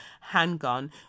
handgun